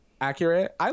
Accurate